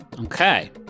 Okay